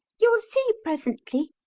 you'll see presently,